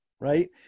right